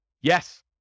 Yes